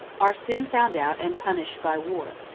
are soon found out and punished by war.